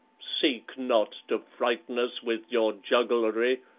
seek not to frighten us with your jugglery,